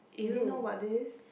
you didn't know about this